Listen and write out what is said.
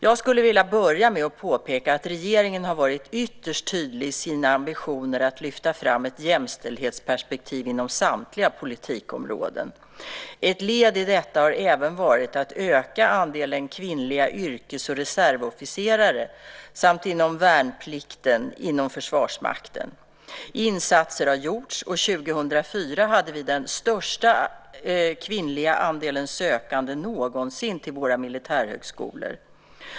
Jag skulle vilja börja med att påpeka att regeringen har varit ytterst tydlig i sina ambitioner att lyfta fram ett jämställdhetsperspektiv inom samtliga politikområden. Ett led i detta har även varit att öka andelen kvinnliga yrkes och reservofficerare samt värnpliktiga inom Försvarsmakten. Insatser har gjorts och 2004 hade vi den största kvinnliga andelen sökande någonsin till våra militärhögskolor.